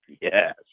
Yes